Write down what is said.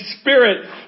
Spirit